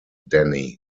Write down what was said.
danny